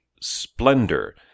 Splendor